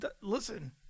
Listen